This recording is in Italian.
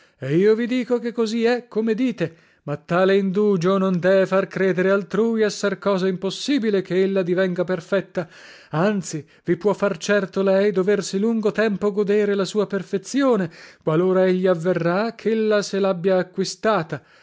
e io vi dico che così è come dite ma tale indugio non dee far credere altrui esser cosa impossibile che ella divenga perfetta anzi vi può far certo lei doversi lungo tempo godere la sua perfezzione qualora egli avverrà chella se labbia acquistata